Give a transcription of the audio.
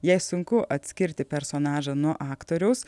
jei sunku atskirti personažą nuo aktoriaus